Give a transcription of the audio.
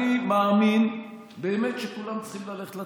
אני מאמין באמת שכולם צריכים ללכת לצבא,